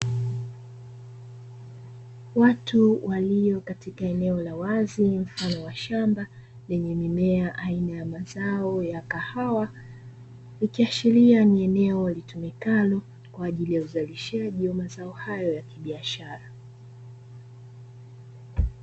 Watu walio katika eneo la wazi, mfano wa shamba lenye mimea, aina ya mazao ya kahawa, ikiashiria ni eneo litumikalo kwa ajili ya uzalishaji wa mazao hayo ya kibiashara.